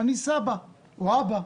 אני סבא או אבא.